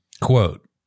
quote